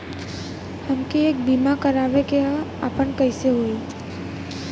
हमके एक बीमा करावे के ह आपन कईसे होई?